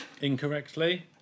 Incorrectly